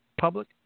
Public